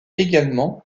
également